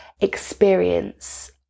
experience